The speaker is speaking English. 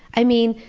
i mean,